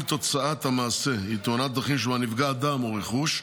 אם תוצאת המעשה היא תאונת דרכים שבה נפגע אדם או רכוש,